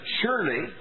surely